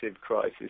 crisis